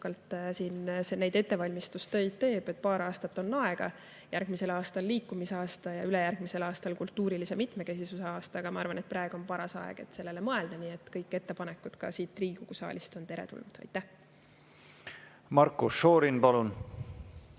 sisukalt neid ettevalmistustöid teeb. Paar aastat on aega – järgmisel aastal on liikumisaasta ja ülejärgmisel aastal kultuurilise mitmekesisuse aasta –, aga ma arvan, et praegu on paras aeg sellele mõelda. Nii et kõik ettepanekud ka siit Riigikogu saalist on teretulnud. Marko Šorin, palun!